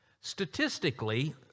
Statistically